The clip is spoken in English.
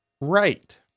right